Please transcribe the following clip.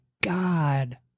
God